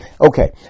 Okay